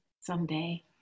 someday